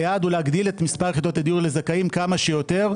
היעד הוא להגדיל את מספר יחידות הדיור לזכאים כמה שיותר.